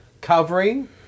covering